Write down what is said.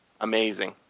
Amazing